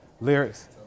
Lyrics